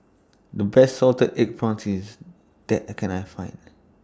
The Best Salted Egg Prawns IS that I Can I Find